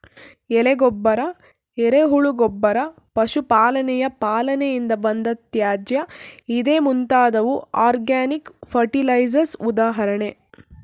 ಎಲೆ ಗೊಬ್ಬರ, ಎರೆಹುಳು ಗೊಬ್ಬರ, ಪಶು ಪಾಲನೆಯ ಪಾಲನೆಯಿಂದ ಬಂದ ತ್ಯಾಜ್ಯ ಇದೇ ಮುಂತಾದವು ಆರ್ಗ್ಯಾನಿಕ್ ಫರ್ಟಿಲೈಸರ್ಸ್ ಉದಾಹರಣೆ